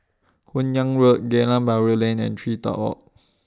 Hun Yeang Road Geylang Bahru Lane and TreeTop Walk